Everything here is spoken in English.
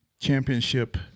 championship –